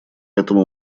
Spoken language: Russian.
этому